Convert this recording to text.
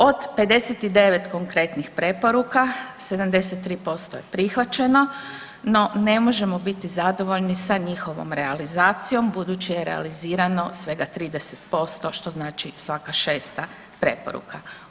Od 59 konkretnih preporuka, 73% je prihvaćeno, no ne možemo biti zadovoljni sa njihovom realizacijom budući je realizirano svega 30% što znači svaka šesta preporuka.